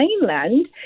mainland